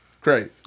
Great